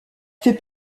fait